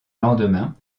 lendemain